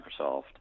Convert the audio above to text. Microsoft